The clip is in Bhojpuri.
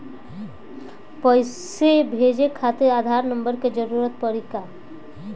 पैसे भेजे खातिर आधार नंबर के जरूरत पड़ी का?